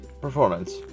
performance